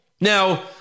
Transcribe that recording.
Now